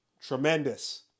Tremendous